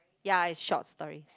ya it's short stories